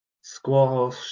Squash